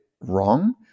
wrong